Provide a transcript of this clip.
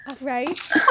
right